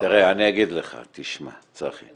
אני אגיד לך, צחי,